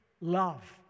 love